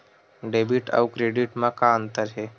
Debit अउ credit म का अंतर हे?